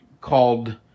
called